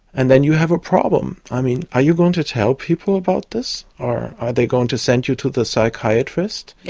and then you have a problem. i mean, are you going to tell people about this or are they going to send you to the psychiatrist.